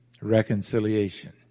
reconciliation